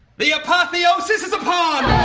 the apotheosis is upon